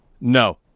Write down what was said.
No